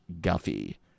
Guffey